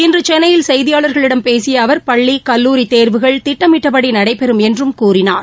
இன்று சென்னையில் செய்தியாளர்களிடம் பேசிய அவர் பள்ளி கல்லூரி தேர்வுகள் திட்டமிட்டபடி நடைபெறும் என்று கூறினார்